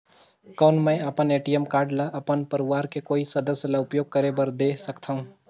कौन मैं अपन ए.टी.एम कारड ल अपन परवार के कोई सदस्य ल उपयोग करे बर दे सकथव?